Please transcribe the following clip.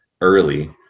early